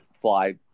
fly